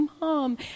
Mom